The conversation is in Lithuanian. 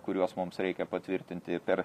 kuriuos mums reikia patvirtinti per